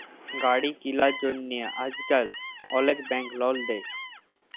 গাড়ি কিলার জ্যনহে আইজকাল অলেক ব্যাংক লল দেই